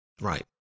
Right